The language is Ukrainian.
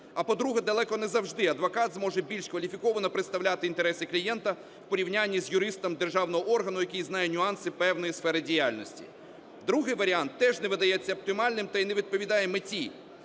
А по-друге, далеко не завжди адвокат зможе більш кваліфіковано представляти інтереси клієнта в порівнянні з юристом державного органу, який знає нюанси певної сфери діяльності. Другий варіант теж не видається оптимальним та й не відповідає меті